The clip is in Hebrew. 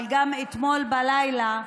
אבל אתמול בלילה